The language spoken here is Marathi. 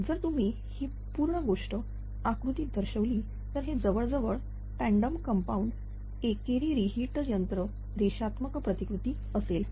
जर तुम्ही ही पूर्ण गोष्ट आकृतीत दर्शविली तर हे जवळ जवळ टँडम कंपाऊंड एकेरी रि हिट यंत्र रेषात्मक प्रतिकृती असेल